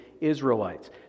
Israelites